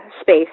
space